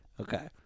Okay